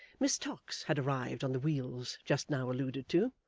miss tox had arrived on the wheels just now alluded to,